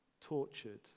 tortured